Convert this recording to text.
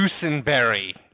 Dusenberry